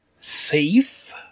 safe